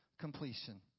completion